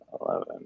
eleven